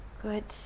Good